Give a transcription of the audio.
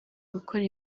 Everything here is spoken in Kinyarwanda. gukora